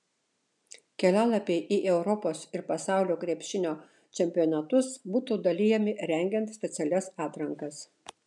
kelialapiai į europos ir pasaulio krepšinio čempionatus būtų dalijami rengiant specialias atrankas